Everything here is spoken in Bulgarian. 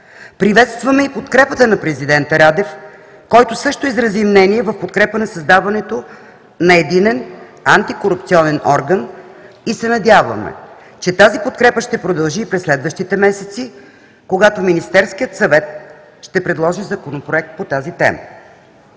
Приветстваме и подкрепата на президента Радев, който също изрази мнение в подкрепа на създаването на единен антикорупционен орган, и се надяваме, че тази подкрепа ще продължи и през следващите месеци, когато Министерският съвет ще предложи Законопроект по тази тема.